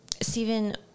Stephen